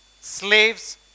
slaves